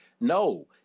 no